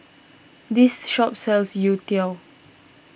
this shop sells Youtiao